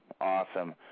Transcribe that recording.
Awesome